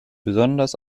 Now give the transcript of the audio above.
besonders